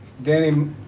Danny